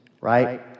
right